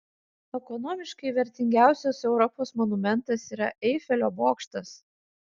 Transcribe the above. ekonomiškai vertingiausias europos monumentas yra eifelio bokštas